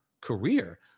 career